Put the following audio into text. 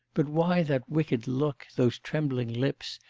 but why that wicked look, those trembling lips,